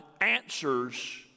answers